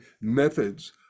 methods